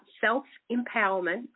self-empowerment